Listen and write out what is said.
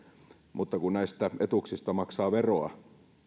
mutta kun näistä etuuksista maksaa veroa